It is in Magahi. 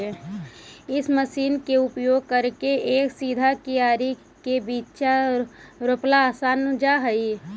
इ मशीन के उपयोग करके एक सीधा कियारी में बीचा रोपला असान हो जा हई